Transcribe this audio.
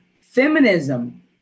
feminism